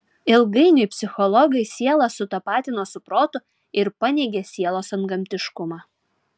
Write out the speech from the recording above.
ilgainiui psichologai sielą sutapatino su protu ir paneigė sielos antgamtiškumą